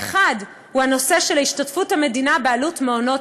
האחד הוא הנושא של השתתפות המדינה בעלות מעונות